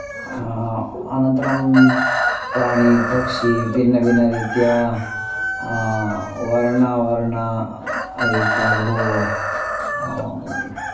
अनन्तरं प्राणीपक्षिणः भिन्नभिन्नरीत्या वर्ण वर्ण रीत्या बहु